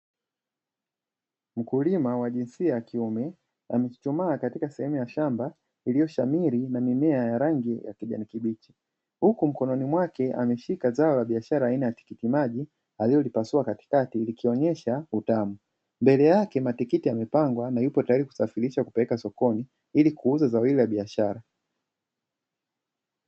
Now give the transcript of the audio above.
Mkulima wa jinsia ya kiume amechuchumaa katika sehemu ya shamba iliyoshamiri na mimea yenye rangi ya kijani kibichi. Huku mkononi mwake ameshika zao la biashara aina ya tikiti maji alilolipasua katikati likionesha utamu. Mbele yake matikiti yamepangwa na yupo tayari kusafirisha kupeleka sokoni ili kuuza zao hili la biashara.